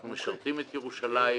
אנחנו משרתים את ירושלים,